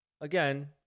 again